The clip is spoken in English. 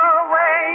away